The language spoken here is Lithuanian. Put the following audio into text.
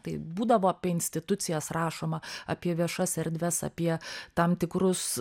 tai būdavo apie institucijas rašoma apie viešas erdves apie tam tikrus